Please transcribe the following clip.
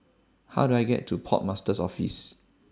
How Do I get to Port Master's Office